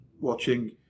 watching